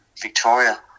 Victoria